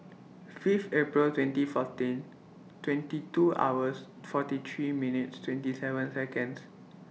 Fifth April twenty fourteen twenty two hours forty three minutes twenty seven Seconds